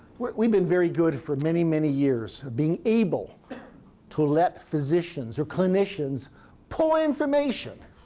we've been very good for many, many years of being able to let physicians or clinicians pull information.